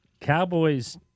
Cowboys